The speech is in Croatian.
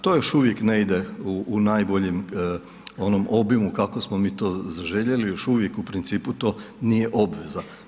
To još uvijek ne ide u najboljem onom obimu kako smo mi to zaželjeli, još uvijek u principu to nije obveza.